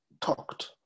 talked